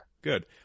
Good